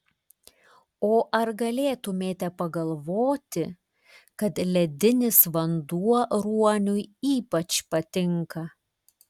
o ar galėtumėte pagalvoti kad ledinis vanduo ruoniui ypač patinka